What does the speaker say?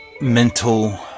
mental